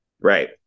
Right